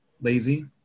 lazy